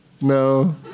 No